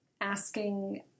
asking